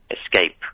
Escape